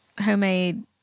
homemade